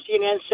CNN